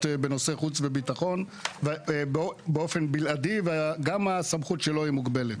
בנושאי חוץ וביטחון באופן בלעדי וגם הסמכות שלו היא מוגבלת.